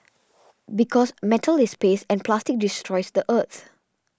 because metal is and plastic destroys the earth